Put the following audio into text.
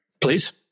please